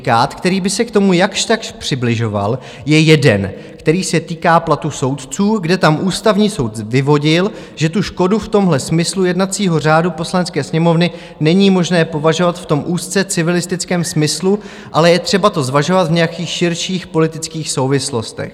Judikát, který by se k tomu jakžtakž přibližoval, je jeden, který se týká platu soudců, kde tam Ústavní soud vyvodil, že tu škodu v tomhle smyslu jednacího řádu Poslanecké sněmovny není možné považovat v tom úzce civilistickém smyslu, ale je třeba to zvažovat v nějakých širších politických souvislostech.